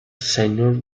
senior